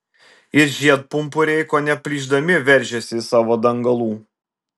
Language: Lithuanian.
ir žiedpumpuriai kone plyšdami veržėsi iš savo dangalų